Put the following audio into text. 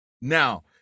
Now